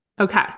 Okay